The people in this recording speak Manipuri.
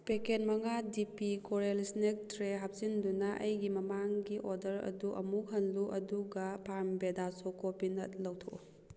ꯄꯦꯀꯦꯠ ꯃꯉꯥ ꯗꯤ ꯄꯤ ꯀꯣꯔꯦꯜ ꯏꯁꯅꯦꯛ ꯇ꯭ꯔꯦ ꯍꯥꯞꯆꯤꯟꯗꯨꯅ ꯑꯩꯒꯤ ꯃꯃꯥꯡꯒꯤ ꯑꯣꯔꯗꯔ ꯑꯗꯨ ꯑꯃꯨꯛ ꯍꯟꯂꯨ ꯑꯗꯨꯒ ꯐꯥꯝꯕꯦꯗꯥ ꯆꯣꯀꯣ ꯄꯤꯅꯠ ꯂꯧꯊꯣꯛꯎ